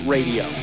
Radio